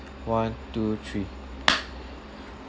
one two three